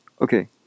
Okay